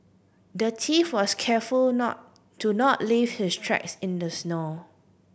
the thief was careful not to not leave his tracks in the snow